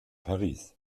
paris